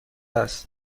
است